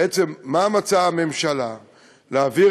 בעצם, מה מצאה הממשלה להעביר